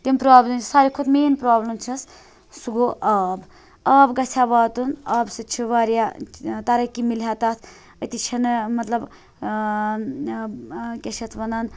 تِم پرٛابلم چھِ ساروی کھۄتہٕ مین پرٛابلم چھس سُہ گوٚو آب آب گَژھِ ہا واتُن آب سۭتۍ چھِ واریاہ تَرَقی مِلہِ ہا تَتھ أتی چھنہٕ مَطلب کیاہ چھِ اَتھ وَنان